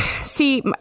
see